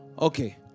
Okay